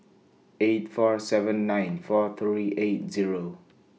eight four seven nine four three eight Zero